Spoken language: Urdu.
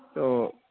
تو